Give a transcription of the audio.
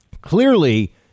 clearly